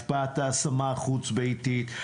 השפעת ההשמה החוץ-ביתית,